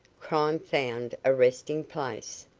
crime found a resting place.